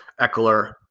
eckler